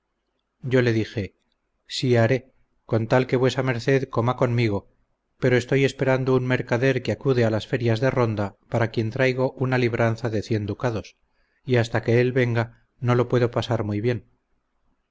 yo le dije si haré con tal que vuesa merced coma conmigo pero estoy esperando un mercader que acude a las ferias de ronda para quien traigo una libranza de cien ducados y hasta que él venga no lo puedo pasar muy bien